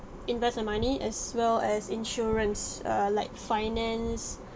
invest the money as well as insurance err like finance